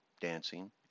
dancing